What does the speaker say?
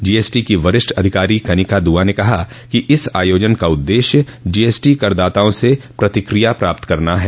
GST की वरिष्ठ अधिकारी कनिका द्रआ ने कहा कि इस आयोजन का उद्देश्य जीएसटी करदाताओं से प्रतिक्रिया प्राप्त करना है